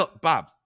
Bob